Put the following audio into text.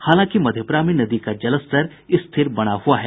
हालांकि मधेपुरा में नदी का जलस्तर स्थिर बना हुआ है